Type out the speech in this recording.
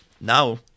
Now